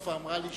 (קורא בשמות חברי הכנסת)